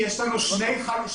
אדוני, יש לנו שתי חלופות.